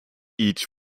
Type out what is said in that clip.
each